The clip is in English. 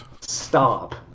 Stop